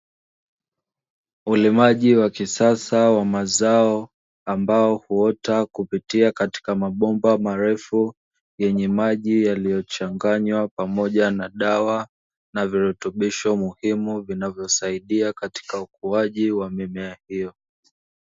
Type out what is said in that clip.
Ulimaji wa kisasa wa mazao ambao huota kupitia katika mabomba marefu yenye maji yaliyochanganywa pamoja na dawa na virutubisho muhimu, vinavyosaidia katika ukuaji wa mimea hiyo.